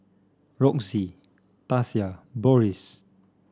Roxie Tasia Boris